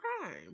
crime